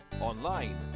online